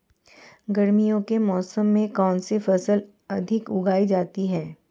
गर्मियों के मौसम में कौन सी फसल अधिक उगाई जाती है?